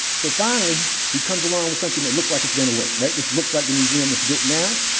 so, finally, he comes along with something that looks like it's going to work, right? this looks like the museum that's built now.